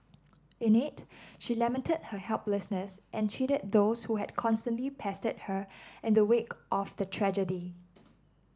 in it she lamented her helplessness and chided those who had constantly pestered her in the wake of the tragedy